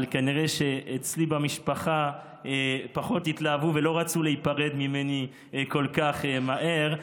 אבל כנראה שאצלי במשפחה פחות התלהבו ולא רצו להיפרד ממני כל כך מהר,